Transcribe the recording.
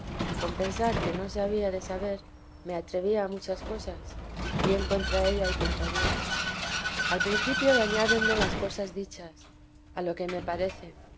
con pensar que no se había de saber me atrevía a muchas cosas bien contra ella y contra dios al principio dañáronme las cosas dichas a lo que me parece